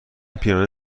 پیانو